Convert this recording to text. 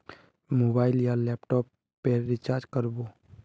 Mobile या laptop पेर recharge कर बो?